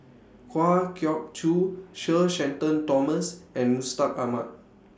Kwa Geok Choo Sir Shenton Thomas and Mustaq Ahmad